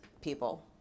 people